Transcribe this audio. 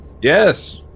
Yes